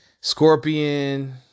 Scorpion